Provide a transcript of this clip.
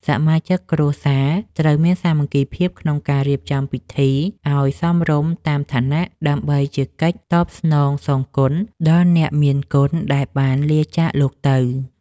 សមាជិកគ្រួសារត្រូវមានសាមគ្គីភាពក្នុងការរៀបចំពិធីឱ្យសមរម្យតាមឋានៈ ដើម្បីជាកិច្ចតបស្នងសងគុណដល់អ្នកមានគុណដែលបានលាចាកលោកទៅ។